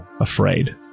afraid